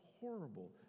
horrible